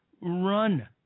run